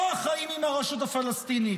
או חיים עם הרשות הפלסטינית.